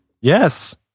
Yes